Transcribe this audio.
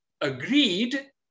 agreed